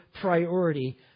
priority